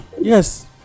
Yes